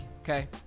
okay